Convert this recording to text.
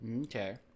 Okay